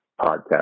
podcast